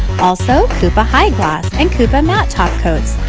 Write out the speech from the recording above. also kupa high gloss and kupa matte top coats.